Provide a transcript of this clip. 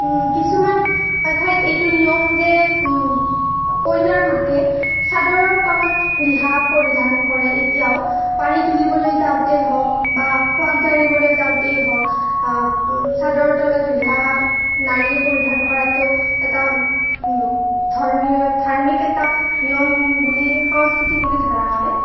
কিছুমান ঠাইত এইটো নিয়ম যে কইনাৰ মাকে চাদৰৰ তলত ৰিহা পৰিধান কৰে এতিয়াও পানী তুলিবলৈ যাওঁতে বা সুৱাগ জাৰিবলৈ যাওঁতেই হওক চাদৰৰ তলত ৰিহা নাৰীয়ে পৰিধান কৰাতো এটা ধৰ্মীয় ধাৰ্মিক এটা নিয়ম বুলি সংস্কৃতি বুলি ধৰা হয়